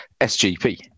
SGP